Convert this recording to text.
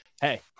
Hey